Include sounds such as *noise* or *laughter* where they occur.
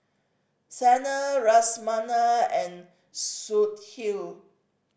Sanal *unintelligible* and Sudhir